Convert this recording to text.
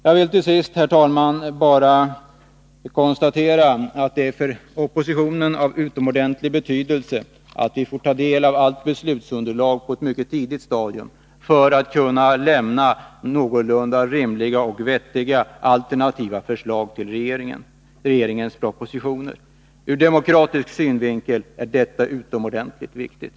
Jag vill till sist, herr talman, bara konstatera att det för oppositionen är av utomordentlig betydelse att vi får ta del av allt beslutsunderlag på ett mycket tidigt stadium för att kunna lämna någorlunda rimliga och vettiga alternativa förslag till regeringens propositioner. Ur demokratisk synvinkel är detta utomordentligt viktigt.